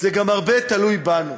זה גם הרבה תלוי בנו,